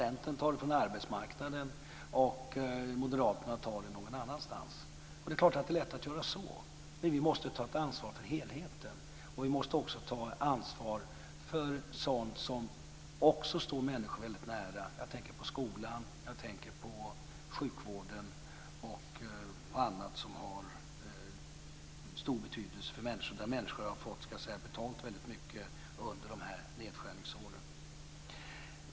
Centern tar pengarna från arbetsmarknaden, och moderaterna tar pengarna någon annanstans ifrån. Det är klart att det är lätt att göra så, men vi måste ta ett ansvar för helheten. Vi måste också ta ett ansvar för annat som står människor väldigt nära. Jag tänker på skolan. Jag tänker på sjukvården och på annat som har stor betydelse för människor och där människor har fått betala väldigt mycket under nedskärningsåren.